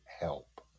help